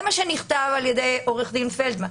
זה מה שנכתב ע"י עו"ד פלדמן.